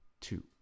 two